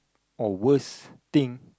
or worst thing